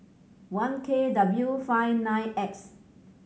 one K W five nine X